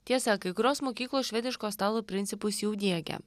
tiesa kai kurios mokyklos švediško stalo principus jau diegia